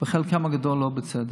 בחלקם הגדול לא בצדק.